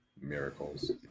miracles